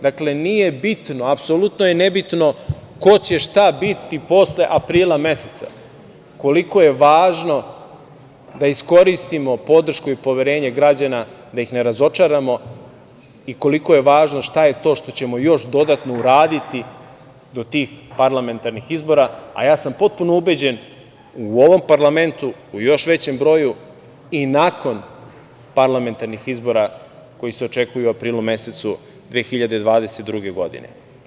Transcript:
Dakle, apsolutno je nebitno ko će šta biti posle aprila meseca, koliko je važno da iskoristimo podršku i poverenje građana, da ih ne razočaramo i koliko je važno šta je to što ćemo još dodatno uraditi do tih parlamentarnih izbora, a ja sam potpuno ubeđen, u ovom parlamentu, u još većem broju, i nakon parlamentarnih izbora koji se očekuju u aprilu mesecu 2022. godine.